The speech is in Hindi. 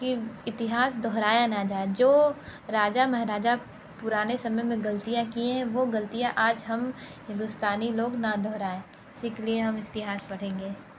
कि इतिहास दोहराया न जाए जो राजा महाराजा पुराने समय में गलतियाँ की है वह गलतियाँ आज हम हिंदुस्तानी लोग ना दोहराएँ इसी के लिए हम इतिहास पढ़ेंगे